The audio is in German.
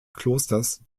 klosters